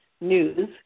News